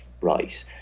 right